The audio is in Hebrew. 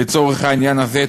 לצורך העניין הזה,